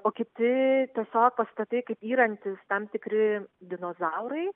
o kiti tiesiog pastatai kaip yrantys tam tikri dinozaurai